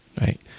Right